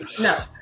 No